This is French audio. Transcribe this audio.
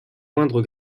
moindre